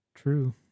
True